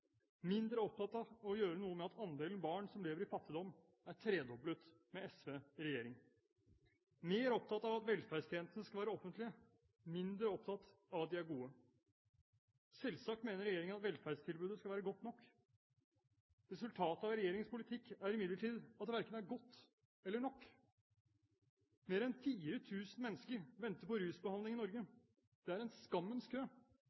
mindre opptatt av å gjøre noe med at andelen barn som lever i fattigdom, er tredoblet med SV i regjering, mer opptatt av at velferdstjenestene skal være offentlige, mindre opptatt av at de er gode. Selvsagt mener regjeringen at velferdstilbudet skal være godt nok. Resultatet av regjeringens politikk er imidlertid at det verken er godt eller nok. Mer enn 4 000 mennesker venter på rusbehandling i Norge. Det er en skammens kø